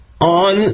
on